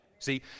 See